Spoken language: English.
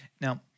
Now